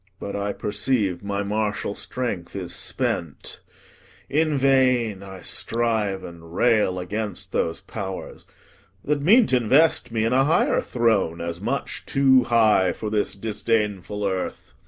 but i perceive my martial strength is spent in vain i strive and rail against those powers that mean t' invest me in a higher throne, as much too high for this disdainful earth.